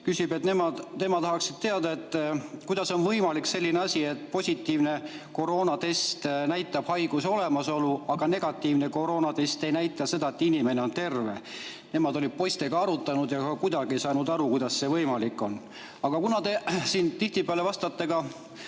küsis, et nemad tahaksid teada, kuidas on võimalik selline asi, et positiivne koroonatest näitab haiguse olemasolu, aga negatiivne koroonatest ei näita seda, et inimene on terve. Nemad olid poistega arutanud ja kuidagi ei saanud aru, kuidas see võimalik on. Aga kuna te siin tihtipeale vastate